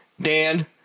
Dan